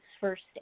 first